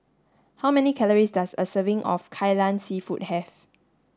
how many calories does a serving of Kai Lan seafood have